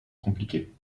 compliqué